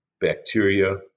bacteria